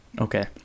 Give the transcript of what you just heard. Okay